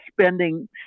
spending